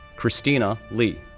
christina li,